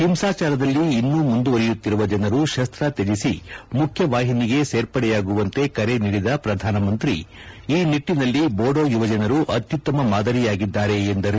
ಹಿಂಸಾಚಾರದಲ್ಲಿ ಇನ್ನೂ ಮುಂದುವರೆಯುತ್ತಿರುವ ಜನರು ಶಸ್ತ ತ್ಯಜಿಸಿ ಮುಖ್ಯವಾಹಿನಿಗೆ ಸೇರ್ಪಡೆಯಾಗುವಂತೆ ಕಕರೆ ನೀಡಿದ ಪ್ರಧಾನಮಂತ್ರಿ ಈ ನಿಟ್ಟನಲ್ಲಿ ಬೋಡೋ ಯುವಜನರು ಅತ್ಯುತ್ತಮ ಮಾದರಿಯಾಗಿದ್ದಾರೆ ಎಂದರು